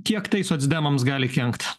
kiek tai socdemams gali kenkt